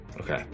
okay